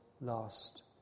last